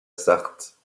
sarthe